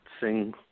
sing